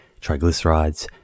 triglycerides